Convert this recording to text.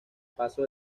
paso